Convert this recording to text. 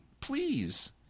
please